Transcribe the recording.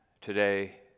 Today